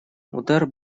удар